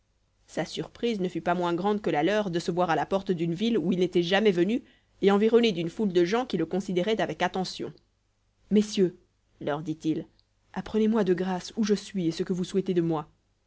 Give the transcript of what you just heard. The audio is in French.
sa surprise ne fut pas moins grande que la leur de se voir à la porte d'une ville où il n'était jamais venu et environné d'une foule de gens qui le considéraient avec attention messieurs leur dit-il apprenez-moi de grâce où je suis et ce que vous souhaitez de moi